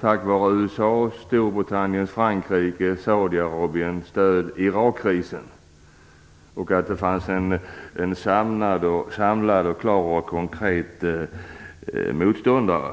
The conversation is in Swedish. tack vare USA:s Storbritanniens, Frankrikes och Saudiarabiens stöd. En förutsättning var också att det fanns en samlad, klar och konkret motståndare.